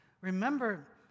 Remember